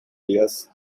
areas